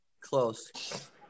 close